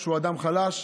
שהוא אדם חלש,